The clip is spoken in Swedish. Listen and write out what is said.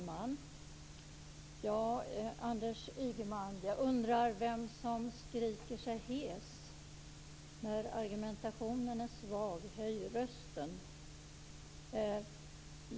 Herr talman! Jag undrar vem som skriker sig hes, Anders Ygeman. När argumentationen är svag, höj rösten.